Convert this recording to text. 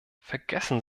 vergessen